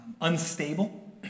unstable